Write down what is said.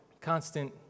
constant